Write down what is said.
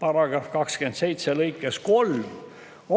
Aga § 27 lõikes 3